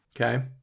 Okay